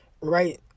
right